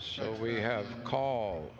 so we have call